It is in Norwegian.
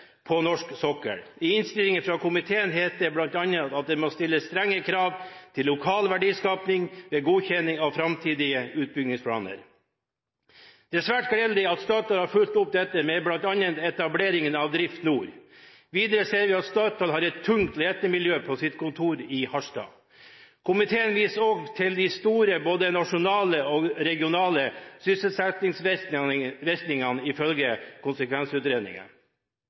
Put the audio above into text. på norsk sokkel. I innstillingen fra komiteen het det bl.a. at det må stilles strenge krav til lokal verdiskaping ved godkjenning av framtidige utbyggingsplaner. Det er svært gledelig at Statoil har fulgt opp dette med bl.a. etableringen av Drift Nord. Videre ser vi at Statoil har et tungt letemiljø på sitt kontor i Harstad. Komiteen viser også til de store både nasjonale og regionale sysselsettingsvirkningene som vil finne sted, ifølge